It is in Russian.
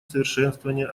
совершенствование